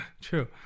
true